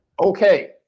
Okay